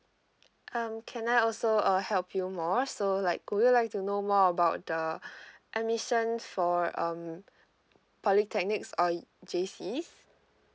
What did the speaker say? um can I also uh help you more so like would you like to know more about the admissions for um polytechnics or J_C's